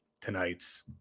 tonight's